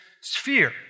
sphere